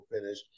finish